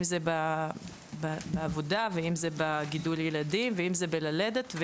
אם זה בעבודה ואם זה בגידול ילדים וגם זה ללדת.